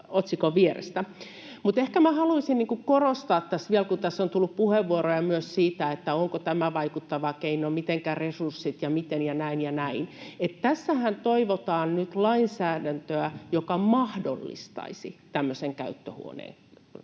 otsikon vierestä. Mutta ehkä minä haluaisin korostaa tässä vielä, kun tässä on tullut puheenvuoroja myös siitä, onko tämä vaikuttava keino, mitenkä resurssit ja miten ja näin ja näin, että tässähän toivotaan nyt lainsäädäntöä, joka mahdollistaisi tämmöisen käyttöhuoneen